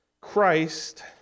Christ